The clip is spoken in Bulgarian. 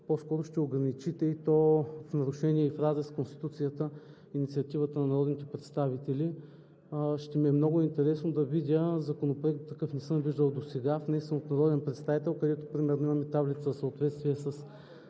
По-скоро ще ограничите, и то в нарушение, и в разрез с Конституцията, инициативата на народните представители. Ще ми е много интересно да видя законопроект – такъв не съм виждал досега, внесен от народен представител, където примерно имаме таблица за съответствие с